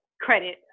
credit